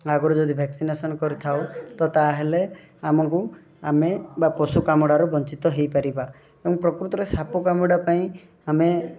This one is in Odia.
ଆଗରୁ ଯଦି ଭ୍ୟାକିନେସନ କରିଥାଅ ତ ତାହାଲେ ଆମକୁ ଆମେ ବା ପଶୁ କାମୁଡ଼ାରୁ ବଞ୍ଚିତ ହେଇପାରିବା ପ୍ରକୃତରେ ରେ ସାପ କାମୁଡ଼ା ପାଇଁ ଆମେ